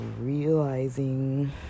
realizing